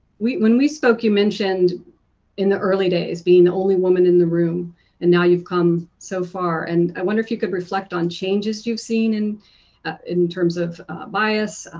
when we spoke you mentioned in the early days being the only woman in the room and now you've come so far and i wonder if you could reflect on changes you've seen and ah in terms of bias,